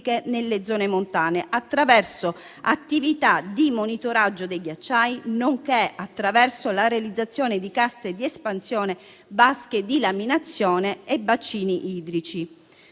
nelle zone montane, attraverso attività di monitoraggio dei ghiacciai, nonché attraverso la realizzazione di casse di espansione, vasche di laminazione e bacini idrici.